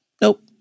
nope